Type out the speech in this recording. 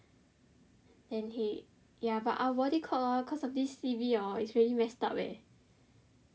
and he ya but our body clock hor cause of this C_B hor it's really messed up leh